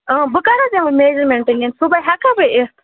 اۭں بہٕ کَر حظ یِمہٕ میجرمنٹ نِنہِ صُبحٲے ہیٚکا بہٕ یِتھ